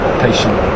patient